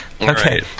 Okay